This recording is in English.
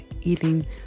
eating